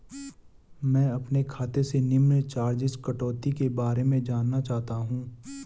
मैं अपने खाते से निम्न चार्जिज़ कटौती के बारे में जानना चाहता हूँ?